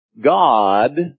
God